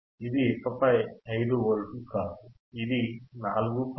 ఇది ఇకపై 5 వోల్ట్లు కాదు ఇది 4